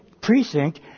precinct